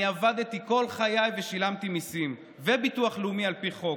אני עבדתי כל חיי ושילמתי מיסים וביטוח לאומי על פי חוק,